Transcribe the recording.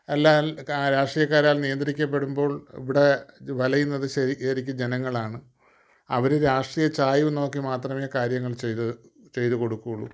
അല്ല രാഷ്ട്രീയക്കാരാൽ നിയന്ത്രിക്കപ്പെടുമ്പോൾ ഇവിടെ വലയുന്നത് ശരി ശരിക്കും ജനങ്ങളാണ് അവർ രാഷ്ട്രീയ ചായ്വ് നോക്കി മാത്രമേ കാര്യങ്ങൾ ചെയ്ത് ചെയ്തു കൊടുക്കുകയുള്ളൂ